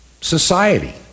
society